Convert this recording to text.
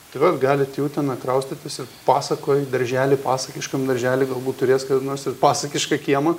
tai vat galit į uteną kraustytis ir pasakoj daržely pasakiškam daržely galbūt turės kada nors ir pasakišką kiemą